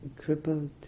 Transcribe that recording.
crippled